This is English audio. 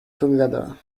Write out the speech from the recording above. together